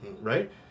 right